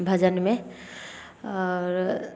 भजनमे आओर